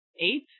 Eight